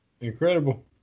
Incredible